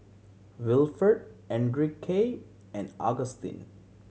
Wilford Enrique and Agustin